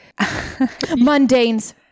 Mundanes